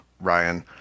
Ryan